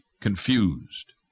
confused